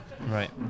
Right